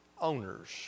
owners